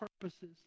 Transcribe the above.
purposes